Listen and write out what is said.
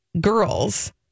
girls